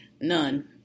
none